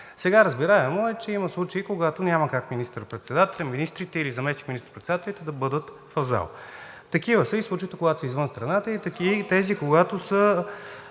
Разбираемо е, че има случаи, когато няма как министър председателят, министрите или заместник министър председателите да бъдат в залата. Такива са и случаите, когато са извън страната, и тези, когато са